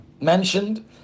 mentioned